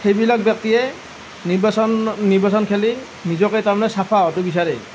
সেইবিলাক ব্যক্তিয়ে নিৰ্বাচন নিৰ্বাচন খেলি নিজকে তাৰমানে চাফা হোৱাটো বিচাৰে